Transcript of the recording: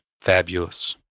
Fabulous